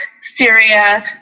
syria